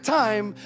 time